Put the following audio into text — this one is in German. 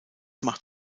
macht